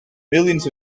millions